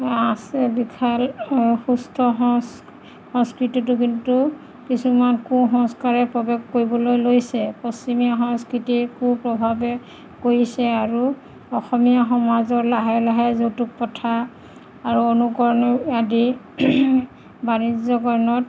আছে বিশাল সুস্থ সং সংস্কৃতিটো কিন্তু কিছুমান কু সংস্কাৰে প্ৰৱেশ কৰিবলৈ লৈছে পশ্চিমীয়া সংস্কৃতিৰ কু প্ৰভাৱে কৰিছে আৰু অসমীয়া সমাজৰ লাহে লাহে যৌতুক প্ৰথা আৰু অনুকৰণে আদি বাণিজ্যকৰণত